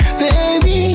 baby